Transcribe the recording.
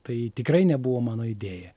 tai tikrai nebuvo mano idėja